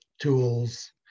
tools